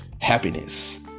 happiness